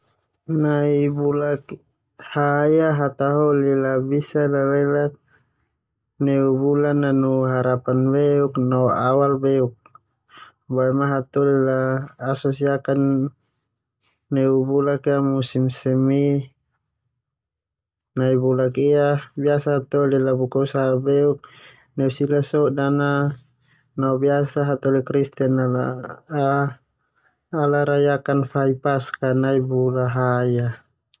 Nai bula ha ia hataholi a biasa lalelak neu bula nanu harapan beuk no awal beuk beoma hataholi la asosiasikan neu bula musim semi. nai bulak ia biasa hataholi a buka usaha beuk neu sila sodan a no biasa hataholi kristen a ala rayakan fai paskah nai bulak ha ia.